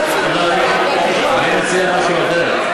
לא, אני מציע משהו אחר.